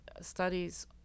studies